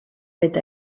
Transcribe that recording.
eta